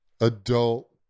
adult